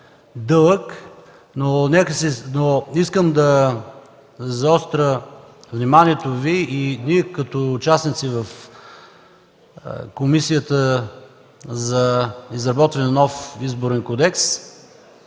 дълъг, но искам да заостря вниманието Ви и ние, като участници в Комисията за изработване на нов Изборен кодекс,